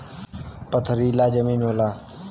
पथरीला जमीन होला